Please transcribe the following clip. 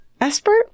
expert